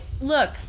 look